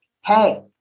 Hey